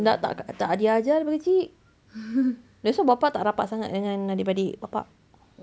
nak tak diajar daripada kecil that's why bapa tak rapat sangat dengan adik-beradik bapa